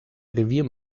revier